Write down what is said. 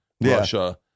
Russia